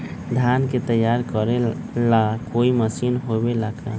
धान के तैयार करेला कोई मशीन होबेला का?